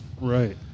Right